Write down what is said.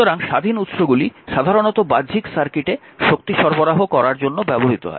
সুতরাং স্বাধীন উৎসগুলি সাধারণত বাহ্যিক সার্কিটে শক্তি সরবরাহ করার জন্য ব্যবহৃত হয়